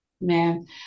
man